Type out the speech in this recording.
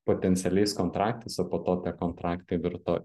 potencialiais kontraktais o po to tie kontraktai virto